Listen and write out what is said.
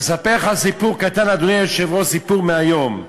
אספר לך סיפור קטן, אדוני היושב-ראש, סיפור מהיום.